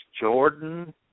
Jordan